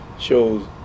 shows